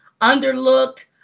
underlooked